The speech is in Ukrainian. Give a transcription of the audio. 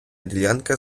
ділянка